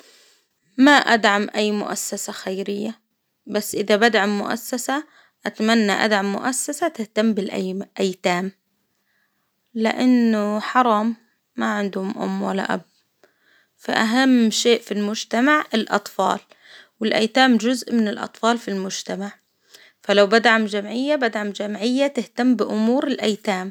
ما أدعم أي مؤسسة خيرية؟ بس إذا بدعم مؤسسة أتمنى أدعم مؤسسة تهتم بالأيم- أيتام، لإنه حرام ما عندهم أم ولا أب، فأهم شيء في المجتمع الأطفال، والأيتام جزء من الأطفال في المجتمع، فلو بدعم جمعية بدعم جمعية تهتم بأمور الأيتام.